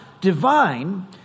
divine